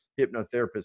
hypnotherapist